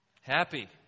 Happy